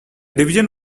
division